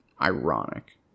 ironic